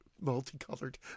multi-colored